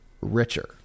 richer